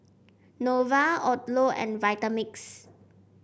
Nova Odlo and Vitamix